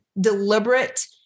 deliberate